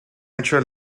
hecho